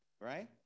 right